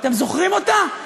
זוכרים אותה?